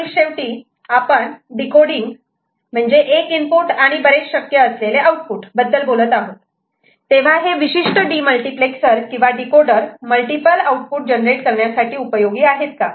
आणि शेवटी आपण डिकोडिंग म्हणजे 1 इनपुट आणि बरेच शक्य असलेले आउटपुट बद्दल बोलत आहोत तेव्हा हे विशिष्ट डीमल्टिप्लेक्सर किंवा डीकोडर मल्टिपल आउटपुट जनरेट करण्यासाठी उपयोगी आहेत का